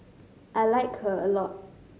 I like her a lot